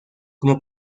como